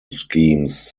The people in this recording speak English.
schemes